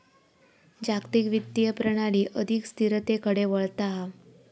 जागतिक वित्तीय प्रणाली अधिक स्थिरतेकडे वळता हा